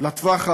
לטווח הארוך,